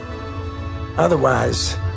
Otherwise